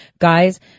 Guys